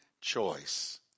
choice